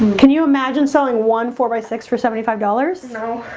can you imagine selling one four by six for seventy five dollars? no?